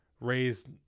raised